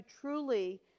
truly